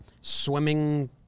swimming